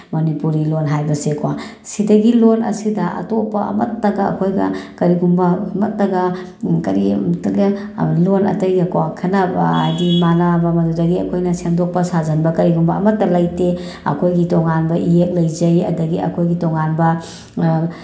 ꯃꯅꯤꯄꯨꯔꯤ ꯍꯥꯏꯕꯁꯦꯀꯣ ꯁꯤꯗꯒꯤ ꯂꯣꯜ ꯑꯁꯤꯗ ꯑꯇꯣꯞꯄ ꯑꯃꯠꯇꯒ ꯑꯩꯈꯣꯏꯒ ꯀꯔꯤꯒꯨꯝꯕ ꯑꯃꯠꯇꯒ ꯀꯔꯤꯝꯇꯒ ꯂꯣꯜ ꯑꯇꯩꯒ ꯈꯦꯠꯅꯕ ꯍꯥꯏꯗꯤ ꯃꯥꯟꯅꯕ ꯃꯗꯨꯗꯒꯤ ꯑꯩꯈꯣꯏꯅ ꯁꯦꯝꯗꯣꯛꯄ ꯁꯥꯖꯤꯟꯕ ꯀꯔꯤꯒꯨꯝꯕ ꯑꯃꯠꯇ ꯂꯩꯇꯦ ꯑꯩꯈꯣꯏꯒꯤ ꯇꯣꯉꯥꯟꯕ ꯏꯌꯦꯛ ꯂꯩꯖꯩ ꯑꯗꯒꯤ ꯑꯩꯈꯣꯏꯒꯤ ꯇꯣꯉꯥꯟꯕ